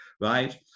right